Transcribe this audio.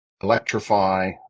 electrify